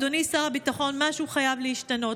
אדוני שר הביטחון, משהו חייב להשתנות.